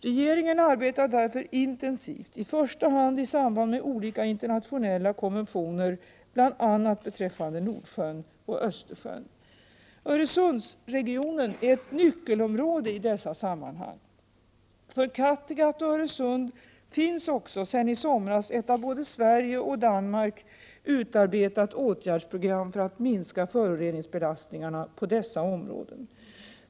Regeringen arbetar därför intensivt, i första hand i samband med olika internationella konventioner bl.a. beträffande Nordsjön och Östersjön. Öresundsregionen är ett nyckelområde i dessa sammanhang. För Kattegatt och Öresund finns också sedan i somras ett av både Danmark och Sverige utarbetat åtgärdsprogram för att minska föroreningsbelastningen på dessa områden.